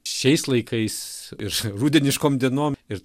šiais laikais ir rudeniškom dienom ir